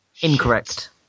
Incorrect